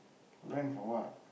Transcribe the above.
rent for what